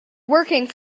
working